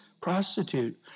prostitute